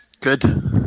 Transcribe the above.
good